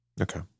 Okay